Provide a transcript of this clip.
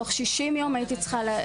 בתוך 60 ימים הייתי צריכה.